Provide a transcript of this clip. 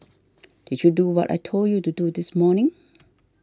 did you do what I told you to do this morning